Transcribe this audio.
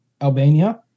Albania